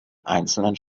einzelnen